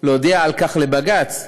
להודיע על כך לבג"ץ,